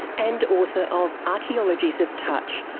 and author of archaeologies of touch,